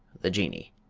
the jinnee!